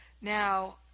now